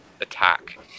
attack